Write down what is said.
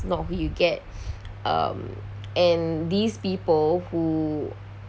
not who you get um and these people who